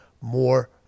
more